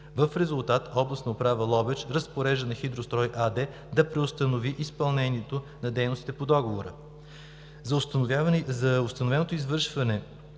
В резултат Областна управа – Ловеч, разпорежда на „Хидрострой“ АД да преустанови изпълнението на дейностите по договора. За установеното извършване